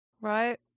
right